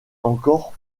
encore